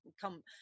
come